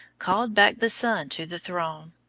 called back the son to the throne.